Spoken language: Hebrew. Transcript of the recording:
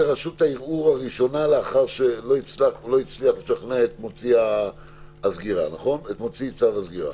השגה זה רשות הערעור הראשונה לאחר שלא הצליח לשכנע את מוציא צו הסגירה,